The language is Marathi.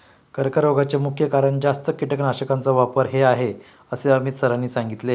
कर्करोगाचे मुख्य कारण जास्त कीटकनाशकांचा वापर हे आहे असे अमित सरांनी सांगितले